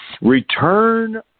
Return